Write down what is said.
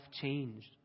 changed